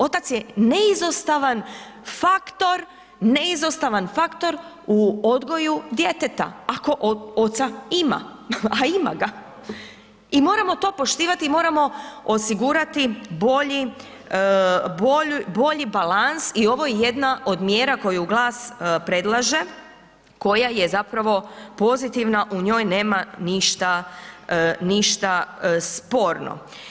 Otac je neizostavan faktor, neizostavan faktor u odgoju djeteta ako oca ima, a ima ga i moramo to poštivati i moramo osigurati bolji, bolji balans i ovo je jedna od mjera koju GLAS predlaže, koja je zapravo pozitivna, u njoj nema ništa, ništa sporno.